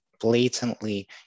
blatantly